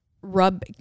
rub